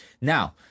Now